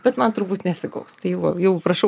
bet man turbūt nesigaus tai jau jau prašau